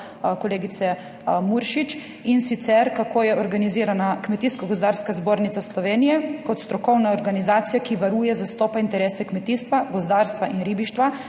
kolegice Muršič. In sicer, kako je organizirana Kmetijsko gozdarska zbornica Slovenije kot strokovna organizacija, ki varuje, zastopa interese kmetijstva, gozdarstva in ribištva.